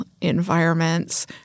environments